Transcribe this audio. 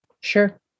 Sure